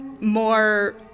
more